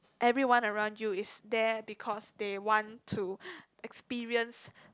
everyone around you is there because they want to experience